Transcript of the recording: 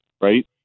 right